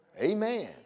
Amen